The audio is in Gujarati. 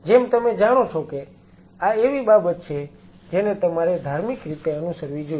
જેમ તમે જાણો છો કે આ એવી બાબત છે જેને તમારે ધાર્મિક રીતે અનુસરવી જોઈએ